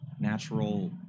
natural